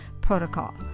protocol